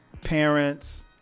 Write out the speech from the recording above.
parents